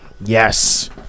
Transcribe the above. Yes